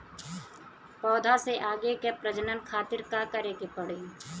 पौधा से आगे के प्रजनन खातिर का करे के पड़ी?